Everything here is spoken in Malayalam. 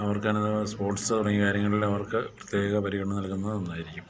അവർക്ക് അങ്ങനെ സ്പോർട്സ് തുടങ്ങിയ കാര്യങ്ങളിലും അവർക്ക് പ്രത്യേക പരിഗണ നൽകുന്നത് നന്നായിരിക്കും